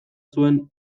zuen